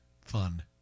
fun